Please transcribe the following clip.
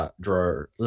drawer